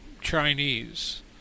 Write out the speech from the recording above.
Chinese